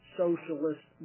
socialist